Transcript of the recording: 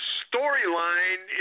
storyline